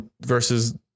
versus